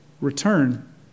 return